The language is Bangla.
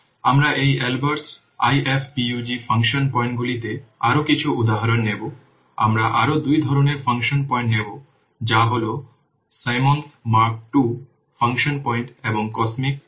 আমরা এই Albrecht IFPUG ফাংশন পয়েন্টগুলিতে আরও কিছু উদাহরণ নেব আমরা আরও দুই ধরনের ফাংশন পয়েন্ট নেব যা হল Symons Mark II function point এবং COSMIC ফাংশন পয়েন্ট